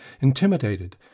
intimidated